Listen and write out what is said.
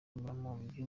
gukemura